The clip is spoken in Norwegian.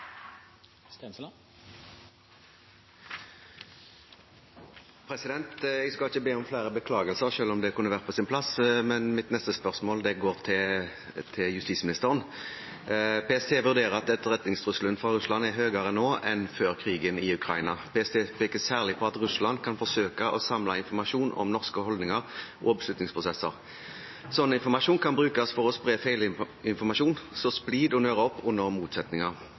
hovedspørsmål. Jeg skal ikke be om flere beklagelser, selv om det kunne vært på sin plass, men mitt neste spørsmål går til justisministeren. PST vurderer at etterretningstrusselen fra Russland er høyere nå enn før krigen i Ukraina. PST peker særlig på at Russland kan forsøke å samle informasjon om norske holdninger og beslutningsprosesser. Slik informasjon kan brukes for å spre feilinformasjon, så splid og nøre opp under motsetninger.